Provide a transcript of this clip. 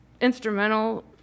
instrumental